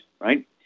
Right